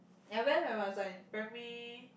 I went when I was in primary